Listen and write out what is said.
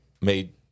made